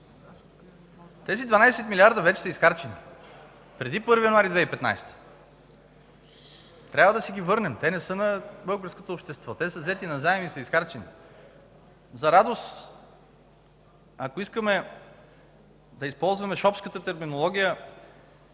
Тези 12 милиарда вече са изхарчени преди 1 януари 2015 г. Трябва да си ги върнем, те не са на българското общество, а са взети назаем и са изхарчени. За радост, ако искаме да използваме шопската терминология